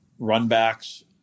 runbacks